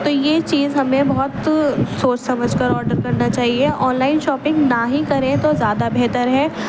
تو یہ چیز ہمیں بہت سوچ سمجھ کر آڈر کرنا چاہیے آن لائن شاپنگ نہ ہی کریں تو زیادہ بہتر ہے